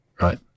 Right